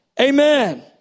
Amen